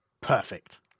Perfect